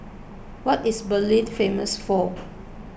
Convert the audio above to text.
What is Berlin famous for